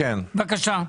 בבקשה.